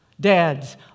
Dads